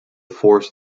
force